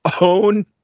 own